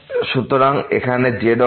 সুতরাং এখানে z অক্ষ x অক্ষ এবং y অক্ষ